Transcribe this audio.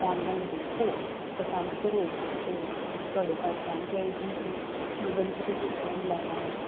online ਦੇਖੋ ਪਸੰਦ ਕਰੋ ਅਤੇ ਤੁਸੀਂ ਤੁਹਾਡੇ ਘਰ ਪਹੁੰਚ ਜਾਏਗੀ ਈ ਈਵਨ ਕਿ ਤੁਸੀਂ ਫੋਨ ਲੈਣਾ